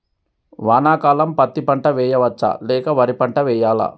వానాకాలం పత్తి పంట వేయవచ్చ లేక వరి పంట వేయాలా?